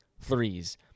threes